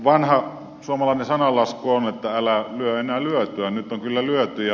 vanha suomalainen sananlasku on että älä lyö enää lyötyä